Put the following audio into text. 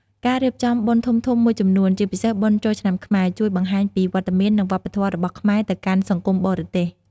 ការរៀបចំបុណ្យធំៗមួយចំនួន ជាពិសេសបុណ្យចូលឆ្នាំខ្មែរ ជួយបង្ហាញពីវត្តមាន និងវប្បធម៌របស់ខ្មែរទៅកាន់សង្គមបរទេស។